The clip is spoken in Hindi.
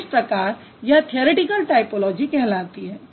इस प्रकार यह थ्यरिटिकल टायपोलॉजी कहलाती है